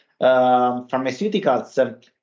pharmaceuticals